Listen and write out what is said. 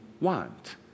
want